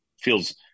feels